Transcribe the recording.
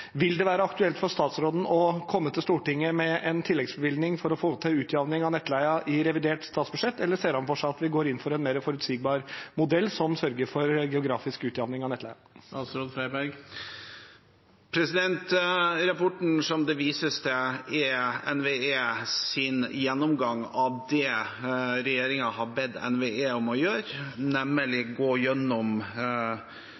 Vil det være aktuelt for statsråden å komme til Stortinget med en tilleggsbevilgning for å få til utjamning av nettleien i revidert statsbudsjett, eller ser han for seg at vi går inn for en mer forutsigbar modell som sørger for geografisk utjamning av nettleien? Rapporten som det vises til, er NVEs gjennomgang av det regjeringen har bedt NVE om å gjøre,